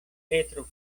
petro